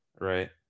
right